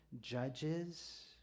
judges